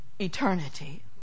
eternity